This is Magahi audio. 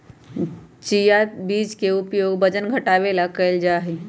चिया बीज के उपयोग वजन घटावे ला कइल जाहई